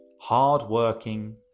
Hardworking